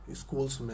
schools